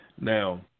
Now